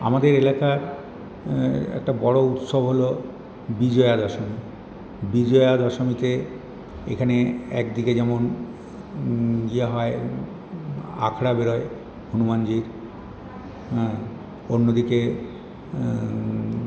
আমাদের এলাকার একটা বড়ো উৎসব হল বিজয়া দশমী বিজয়া দশমীতে এখানে একদিকে যেমন ইয়ে হয় আখড়া বেরোয় হনুমানজির অন্যদিকে